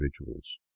individuals